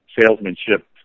salesmanship